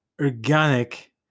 organic